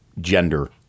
Gender